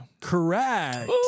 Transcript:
Correct